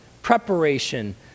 preparation